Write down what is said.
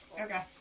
Okay